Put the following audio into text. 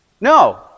No